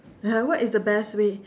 what is the best way